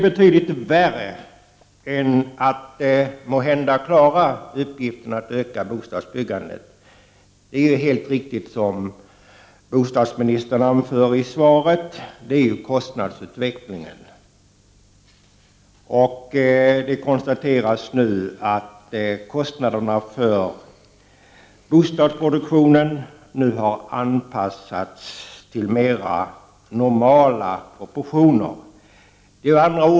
Betydligt svårare än att klara uppgiften att öka bostadsbyggandet är helt riktigt, som bostadsministern anförde i svaret, att klara kostnadsutvecklingen. Det konstateras nu att kostnaderna för bostadsproduktionen har anpassats till mera normala proportioner.